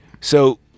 So-